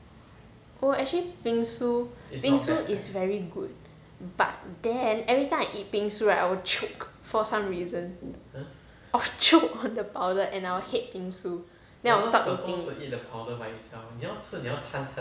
oh actually bingsu bingsu is very good but then everytime I eat bingsu right I will choke for some reason of~ choke on the powder and I will stop eating